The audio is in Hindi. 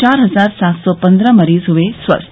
चार हजार सात सौ पन्द्रह मरीज हुए स्वस्थ